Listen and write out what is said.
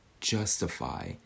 justify